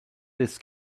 this